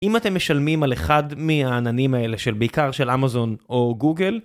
אם אתם משלמים על אחד מהעננים האלה של בעיקר של אמזון או גוגל